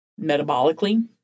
metabolically